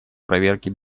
проверки